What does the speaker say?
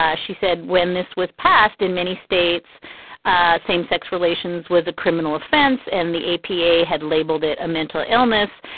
ah she said when this was passed in many states ah same sex relations was a criminal offense. and the epa had labeled it a mental illness.